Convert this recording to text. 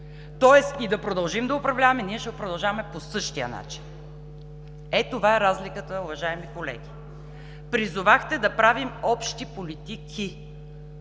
Тоест и да продължим да управляваме, ние ще продължаваме по същия начин. Ето това е разликата, уважаеми колеги. Призовахте да правим общи политики,